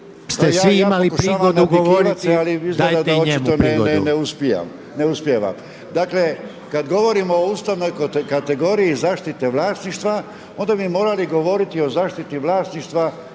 ali izgleda očito da ne uspijevam. Dakle, kad govorimo o ustavnoj kategoriji zaštite vlasništva, onda bi morali govoriti o zaštiti vlasništva,